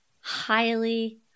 highly